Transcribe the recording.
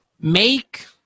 Make